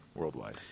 Worldwide